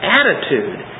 attitude